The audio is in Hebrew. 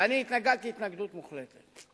ואני התנגדתי התנגדות מוחלטת.